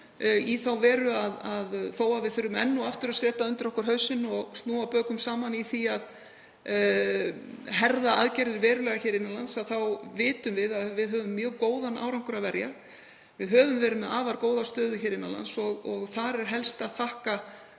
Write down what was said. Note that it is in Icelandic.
í þá veru að þó að við þurfum enn og aftur að setja undir okkur hausinn og snúa bökum saman í því að herða aðgerðir verulega innan lands þá vitum við að við höfum mjög góðan árangur að verja. Við höfum verið með afar góða stöðu innan lands og þar er helst að þakka